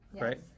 right